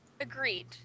Agreed